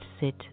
sit